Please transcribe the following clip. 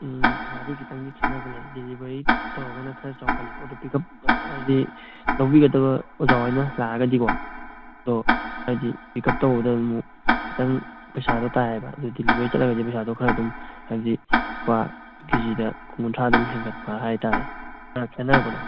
ꯄꯩꯁꯥꯗꯤ ꯈꯤꯇꯪꯗꯤ ꯈꯦꯠꯅꯕ ꯂꯩ ꯗꯦꯂꯤꯕꯔꯤ ꯇꯧꯔꯒꯅ ꯈꯔ ꯆꯥꯎꯈꯠꯂꯤꯀꯣ ꯑꯗꯣ ꯄꯤꯛꯑꯞ ꯍꯥꯏꯗꯤ ꯂꯧꯕꯤꯒꯗꯕ ꯑꯣꯖꯥ ꯍꯣꯏꯅ ꯂꯥꯛꯑꯒꯗꯤꯀꯣ ꯑꯗꯣ ꯍꯥꯏꯗꯤ ꯄꯤꯛꯑꯞ ꯇꯧꯕꯗ ꯑꯃꯨꯛ ꯈꯤꯇꯪ ꯄꯩꯁꯥꯗꯣ ꯇꯥꯏꯑꯕ ꯑꯗꯣ ꯗꯦꯂꯤꯕꯔꯤ ꯆꯠꯂꯒꯗꯤ ꯄꯩꯁꯥꯗꯣ ꯈꯔ ꯑꯗꯨꯝ ꯍꯥꯏꯗꯤ ꯂꯨꯄꯥ ꯀꯦ ꯖꯤꯗ ꯀꯨꯟ ꯀꯨꯟꯊ꯭ꯔꯥ ꯑꯗꯨꯝ ꯍꯦꯟꯒꯠꯄ ꯍꯥꯏꯇꯥꯔꯦ ꯈꯔ ꯈꯦꯠꯅꯔꯛꯄꯗꯣ